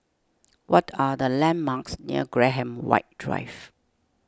what are the landmarks near Graham White Drive